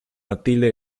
matilde